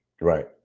Right